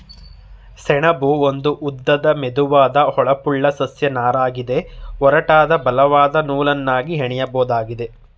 ಸೆಣಬು ಒಂದು ಉದ್ದದ ಮೆದುವಾದ ಹೊಳಪುಳ್ಳ ಸಸ್ಯ ನಾರಗಿದೆ ಒರಟಾದ ಬಲವಾದ ನೂಲನ್ನಾಗಿ ಹೆಣಿಬೋದಾಗಿದೆ